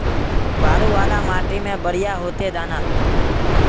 बालू वाला माटी में बढ़िया होते दाना?